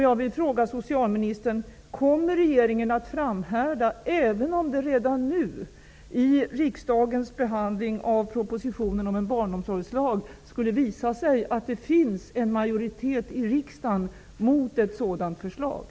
Jag frågar socialministern: Kommer regeringen att framhärda, även om det redan nu vid riksdagens behandling av propositionen om en barnomsorgslag skulle visa sig att det finns en majoritet i riksdagen mot ett sådant förslag?